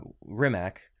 Rimac